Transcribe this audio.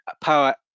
Power